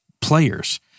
players